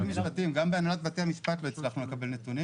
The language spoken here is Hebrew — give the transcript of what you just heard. גם בהנהלת בתי המשפט לא הצלחנו לקבל נתונים